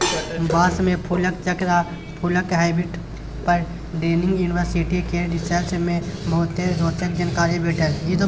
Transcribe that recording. बाँस मे फुलक चक्र आ फुलक हैबिट पर नैजिंड युनिवर्सिटी केर रिसर्च मे बहुते रोचक जानकारी भेटल